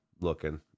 looking